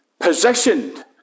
positioned